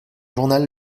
journal